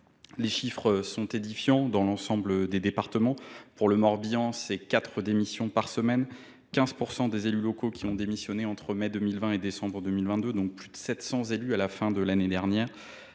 Les chiffres sont édifiants dans tous les départements. Dans le Morbihan, on compte quatre démissions par semaine ; 15 % des élus locaux ont démissionné entre mai 2020 et décembre 2022, dont plus de 700 à la fin de l’année dernière.